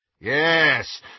yes